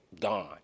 gone